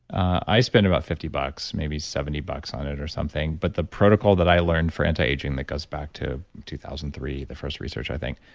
i spend about fifty bucks maybe seventy bucks on it or something. but the protocol that i learned for antiaging that goes back to two thousand and three the first research i think,